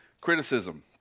criticism